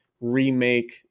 remake